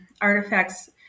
artifacts